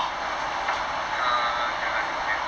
err ya ya I draw map